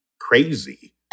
crazy